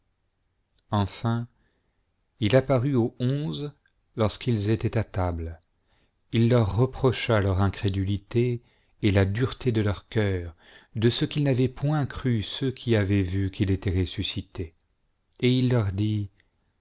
enfin il apparut aux onze lorsqu'ils étaient à table il leur reprocha leur incrédulité et la dureté de leur cœur de ce qu'ils n'avaient point cru ceuic qui avaient vu qu'il était ressuscité et il leur dit